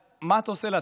מה אתה עושה לעצמך?